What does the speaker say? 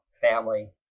family